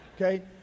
Okay